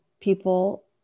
people